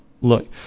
Look